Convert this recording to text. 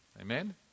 Amen